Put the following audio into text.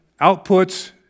outputs